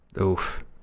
oof